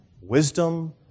Wisdom